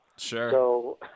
Sure